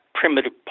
primitive